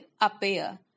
appear